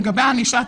לגבי הענישה.